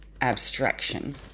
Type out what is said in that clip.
abstraction